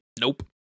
Nope